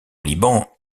liban